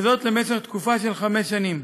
וזאת למשך תקופה של חמש שנים.